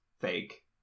fake